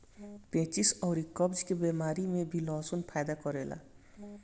पेचिस अउरी कब्ज के बेमारी में भी लहसुन फायदा करेला